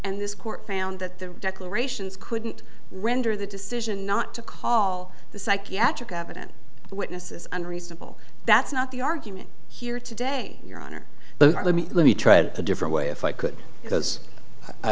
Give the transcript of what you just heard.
and this court found that the declarations couldn't render the decision not to call the psychiatric evidence witnesses unreasonable that's not the argument here today your honor but let me let me try to a different way if i could because i